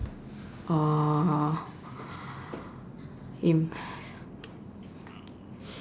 (uh huh)